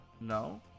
No